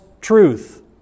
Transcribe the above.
truth